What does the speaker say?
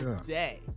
today